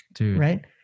right